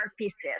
pieces